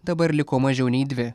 dabar liko mažiau nei dvi